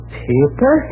paper